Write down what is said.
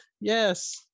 yes